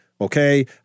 Okay